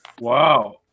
Wow